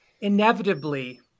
inevitably